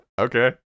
Okay